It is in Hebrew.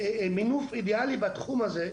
מינוף אידיאלי בתחום הזה.